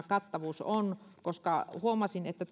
kattavuudesta koska huomasin että